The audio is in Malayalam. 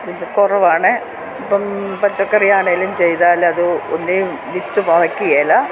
ഇത് കുറവാണ് ഇപ്പം പച്ചക്കറി ആണേലും ചെയ്താലത് ഒന്നീ വിത്ത് മുളക്കുകില്ല